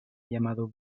llamado